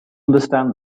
understand